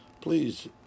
Please